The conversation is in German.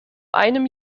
einem